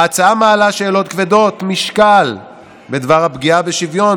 ההצעה מעלה שאלות כבדות משקל בדבר הפגיעה בשוויון